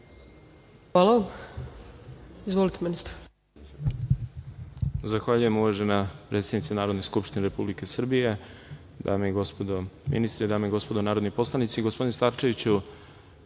Hvala vam. Izvolite, ministre.